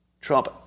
Trump